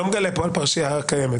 לא מגלה פה על פרשייה קיימת.